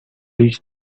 reach